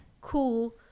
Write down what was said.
cool